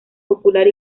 popular